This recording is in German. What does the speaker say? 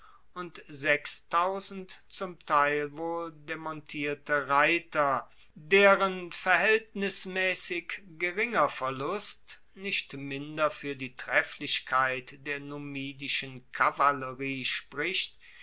und zum teil wohl demontierte reiter deren verhaeltnismaessig geringer verlust nicht minder fuer die trefflichkeit der numidischen kavallerie spricht